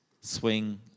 swing